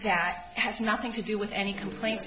that has nothing to do with any complaints